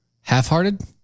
half-hearted